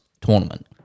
tournament